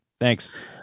Thanks